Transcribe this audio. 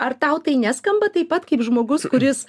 ar tau tai neskamba taip pat kaip žmogus kuris